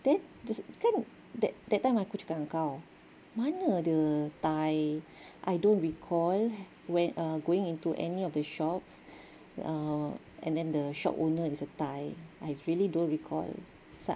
there kan that that time aku cakap dengan kau mana ada Thai I don't recall going when into any of the shops ah and then the shop owner is a Thai I really don't recall such